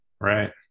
Right